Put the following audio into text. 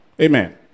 Amen